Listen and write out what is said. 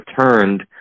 returned